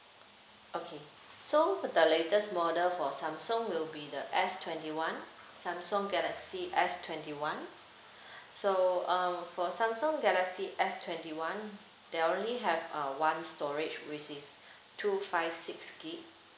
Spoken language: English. okay so the latest model for samsung will be the S twenty one samsung galaxy S twenty one so um for samsung galaxy S twenty one they only have uh one storage which is two five six gig